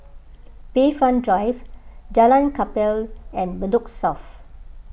Bayfront Drive Jalan Kapal and Bedok South